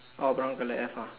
oh brown colour have ah